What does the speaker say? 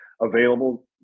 available